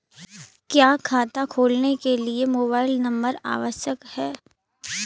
क्या खाता खोलने के लिए मोबाइल नंबर होना आवश्यक है?